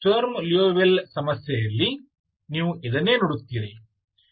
Sturm Liouville ಸಮಸ್ಯೆಯಲ್ಲಿ ನೀವು ಇದನ್ನೇ ನೋಡುತ್ತಿರಿ